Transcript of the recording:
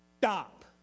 stop